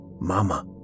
Mama